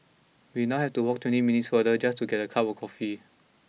we now have to walk twenty minutes farther just to get a cup of coffee